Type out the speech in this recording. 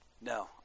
no